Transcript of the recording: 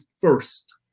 First